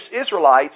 Israelites